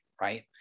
right